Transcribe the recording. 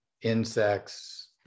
insects